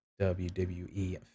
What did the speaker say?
WWE